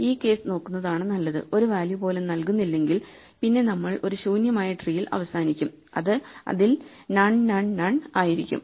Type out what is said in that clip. ഈ കേസ് നോക്കുന്നതാണ് നല്ലത് ഒരു വാല്യൂ പോലും നൽകുന്നില്ലെങ്കിൽ പിന്നെ നമ്മൾ ഒരു ശൂന്യമായ ട്രീയിൽ അവസാനിക്കും അതിൽ നൺ നൺ നൺ ആയിരിക്കും